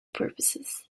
purposes